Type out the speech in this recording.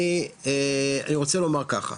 אני רוצה לומר ככה,